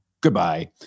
Goodbye